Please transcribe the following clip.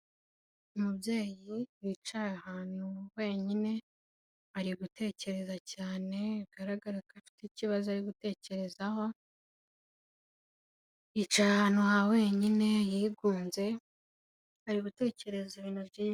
Umubyeyi wicaye ahantu wenyine, ari gutekereza cyane bigaragara ko afite ikibazo ari gutekerezaho, yicaye ahantu ha wenyine yigunze, ari gutekereza ibintu byinshi.